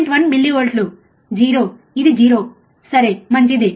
1 millivolts 0 ఇది 0 సరే మంచిది